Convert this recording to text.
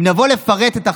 אם נבוא לפרט את החטאים,